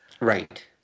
right